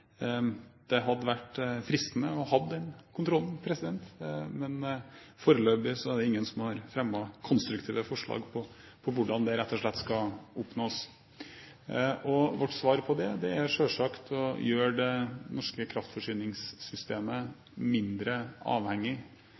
Det hadde vært fristende å ha den kontrollen, men foreløpig er det ingen som har fremmet konstruktive forslag til hvordan det rett og slett skal oppnås. Så vårt svar på det er selvsagt å gjøre det norske kraftforsyningssystemet mindre avhengig